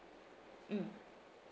mm